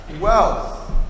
wealth